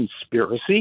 conspiracy